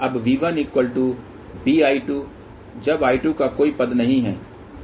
अब V1 BI2 जब I2 का कोई पद नहीं है जिसका अर्थ है B0